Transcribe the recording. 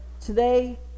today